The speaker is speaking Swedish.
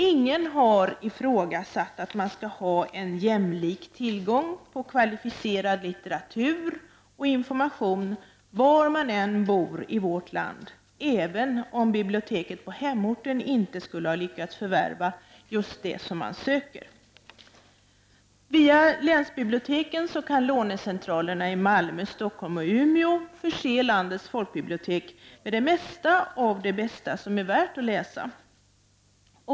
Ingen har ifrågasatt att man skall ha en jämlik tillgång till kvalificerad litteratur och information var man än bor i vårt land, även om biblioteket på hemorten inte skulle ha lyckats förvärva det man söker. Via länsbiblioteken kan lånecentralerna i Malmö, Stockholm och Umeå förse landets folkbibliotek med det mesta av det bästa som är värt att läsa.